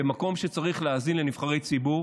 במקום שצריך להזין לנבחרי ציבור,